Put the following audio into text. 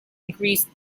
increased